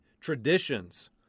traditions